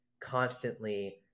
constantly